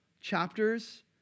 chapters